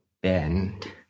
Bend